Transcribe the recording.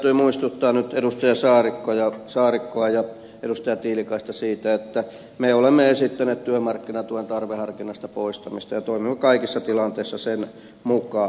täytyy muistuttaa nyt edustaja saarikkoa ja edustaja tiilikaista siitä että me olemme esittäneet työmarkkinatuen tarveharkinnan poistamista ja toimimme kaikissa tilanteissa sen mukaan